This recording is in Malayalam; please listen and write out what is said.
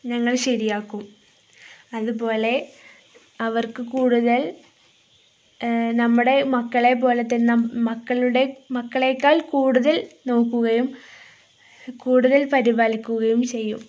ഞങ്ങൾ ശരിയാക്കും അതുപോലെ അവർക്കു കൂടുതൽ നമ്മുടെ മക്കളെ പോലെ തന്നെ മക്കളുടെ മക്കളെക്കാൾ കൂടുതൽ നോക്കുകയും കൂടുതൽ പരിപാലിക്കുകയും ചെയ്യും